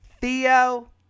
Theo